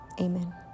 Amen